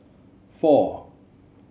four